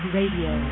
Radio